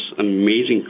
amazing